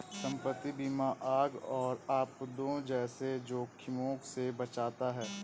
संपत्ति बीमा आग और आपदाओं जैसे जोखिमों से बचाता है